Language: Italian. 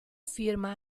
firma